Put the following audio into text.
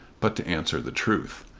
but to answer the truth.